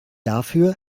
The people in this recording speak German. dafür